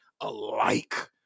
alike